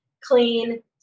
clean